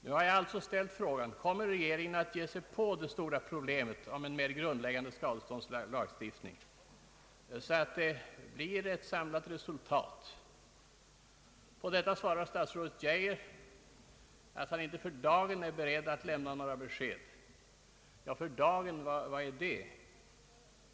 Nu har jag sport justitieministern: Kommer regeringen att ge sig på det stora problemet om en mer grundläggande skadeståndslagstiftning så att det blir ett samlat resultat? På detta svarar statsrådet Geijer att han inte för dagen är beredd att lämna något besked. Vad menar han med uttrycket »för dagen»?